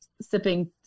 sipping